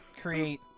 create